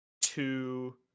two